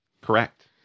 Correct